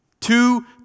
Two